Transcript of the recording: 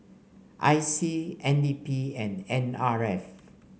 I C N D P and N R F